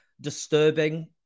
disturbing